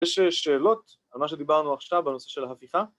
‫יש שאלות על מה שדיברנו עכשיו ‫בנושא של ההפיכה?